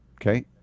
okay